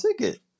ticket